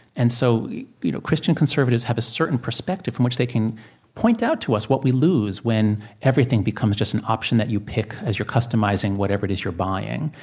and so you know christian conservatives have a certain perspective from which they can point out to us what we lose when everything becomes just an option that you pick as you're customizing whatever it is you're buying.